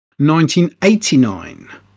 1989